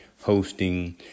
hosting